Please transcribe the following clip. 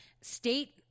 state